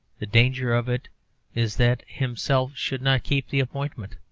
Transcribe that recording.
the danger of it is that himself should not keep the appointment.